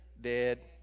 Dead